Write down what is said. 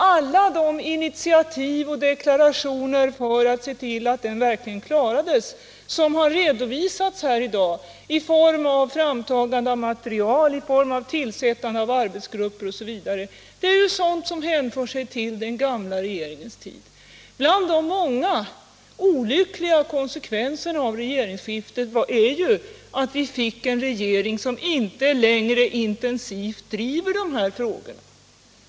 Alla initiativ och deklarationer för att förverkliga planen som redovisats här i dag — framtagande av material, tillsättande av arbetsgrupper osv. — är sådant som hänför sig till den gamla regeringens tid. En av de många olyckliga konsekvenserna av regeringsskiftet är ju att vi fick en regering som inte längre intensivt driver de här frågorna.